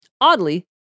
Oddly